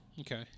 Okay